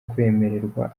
kwemererwa